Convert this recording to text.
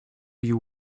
you